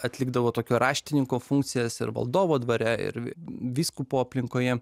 atlikdavo tokio raštininko funkcijas ir valdovo dvare ir vyskupo aplinkoje